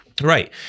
Right